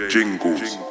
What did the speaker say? Jingles